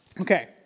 Okay